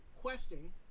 questing